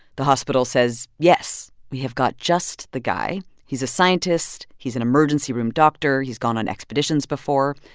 the hospital says, yes, we have got just the guy. he's a scientist. he's an emergency room doctor. he's gone on expeditions before.